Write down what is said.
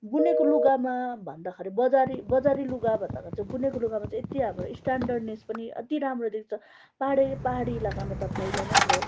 बुनेको लुगामा भन्दाखेरि बजारी बजारी लुगा भन्दाखेरि चाहिँ बुनेको लुगामा चाहिँ यति हाम्रो स्टान्डरनेस पनि यति राम्रो देख्छ पाहाडे पाहाडी इलाकामा त पहिला नै अब